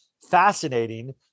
fascinating